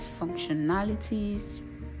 functionalities